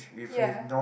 ya